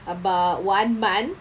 about one month